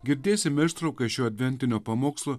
girdėsime ištraukas iš jo adventinio pamokslo